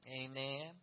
Amen